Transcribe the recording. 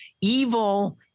Evil